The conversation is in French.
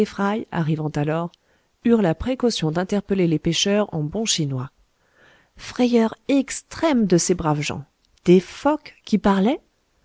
arrivant alors eurent la précaution d'interpeller les pêcheurs en bon chinois frayeur extrême de ces braves gens des phoques qui parlaient